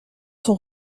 sont